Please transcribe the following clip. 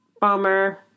Bummer